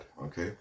Okay